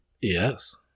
Yes